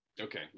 Okay